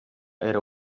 era